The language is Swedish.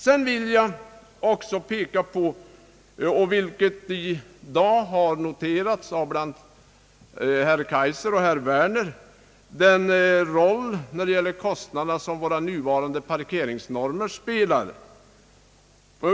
Sedan vill jag peka på den roll som våra nuvarande parkeringsnormer spelar för kostnaderna, något som i dag redan noterats av herr Kaijser och herr Werner.